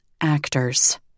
Actors